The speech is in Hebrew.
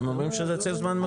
הם אומרים שזה ציר זמן מקורי.